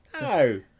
No